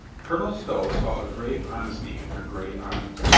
colonel stow saw a grave honesty in her gray eyes.